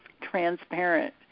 transparent